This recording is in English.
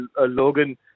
Logan